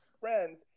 friends